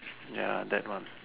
ya that one